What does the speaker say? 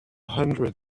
hundred